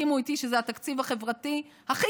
תסכימו איתי שזה התקציב החברתי הכי